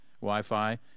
Wi-Fi